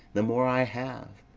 the more i have,